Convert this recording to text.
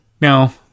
now